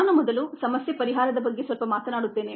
ನಾನು ಮೊದಲು ಸಮಸ್ಯೆ ಪರಿಹಾರದ ಬಗ್ಗೆ ಸ್ವಲ್ಪ ಮಾತನಾಡುತ್ತೇನೆ